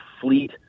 fleet